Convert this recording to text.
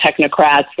technocrats